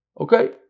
Okay